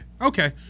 okay